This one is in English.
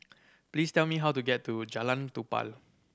please tell me how to get to Jalan Tupai